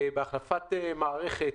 בהחלפת מערכת,